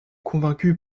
convaincue